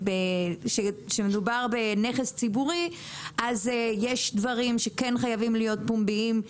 כאשר מדובר בנכס ציבורי אז יש דברים שכן חייבים להיות פומביים,